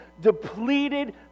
depleted